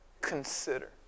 Consider